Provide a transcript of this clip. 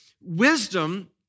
Wisdom